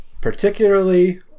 particularly